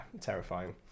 terrifying